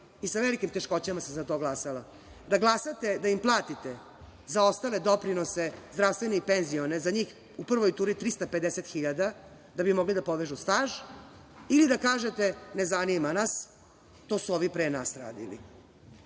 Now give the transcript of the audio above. i sa velikim teškoćama se za to glasalo, da im platite zaostale doprinose zdravstvene i penzione za njih, u prvoj turi 350 hiljada, da bi mogli da povežu staž ili da kažete – ne zanima nas, to su ovi pre nas radili.